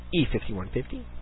E5150